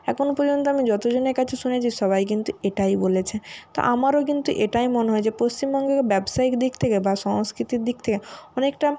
এখনও পর্যন্ত আমি যতজনের কাছে শুনেছি সবাই কিন্তু এটাই বলেছে তো আমারও কিন্তু এটাই মনে হয় যে পশ্চিমবঙ্গকে ব্যবসায়িক দিক থেকে বা সংস্কৃতির দিক থেকে অনেকটা